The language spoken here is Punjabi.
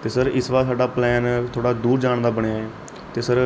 ਅਤੇ ਸਰ ਇਸ ਵਾਰ ਸਾਡਾ ਪਲੈਨ ਥੋੜ੍ਹਾ ਦੂਰ ਜਾਣ ਦਾ ਬਣਿਆ ਏ ਅਤੇ ਸਰ